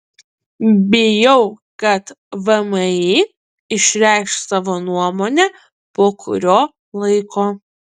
bijau kad vmi išreikš savo nuomonę po kurio laiko